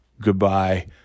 Goodbye